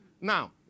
Now